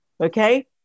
okay